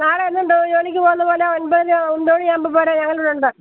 നാളെ എന്നും ജോലിക്ക് പോകുന്ന പോലെ ഒമ്പതര ഒമ്പതരയാകുമ്പോൾ പോര് ഞങ്ങൾ ഇവിടെ ഉണ്ട്